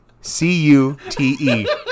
C-U-T-E